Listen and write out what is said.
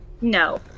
No